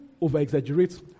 over-exaggerate